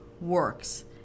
works